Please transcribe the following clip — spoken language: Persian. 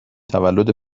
تولد